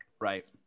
right